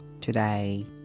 Today